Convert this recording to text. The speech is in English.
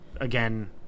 again